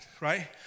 right